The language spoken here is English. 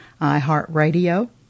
iHeartRadio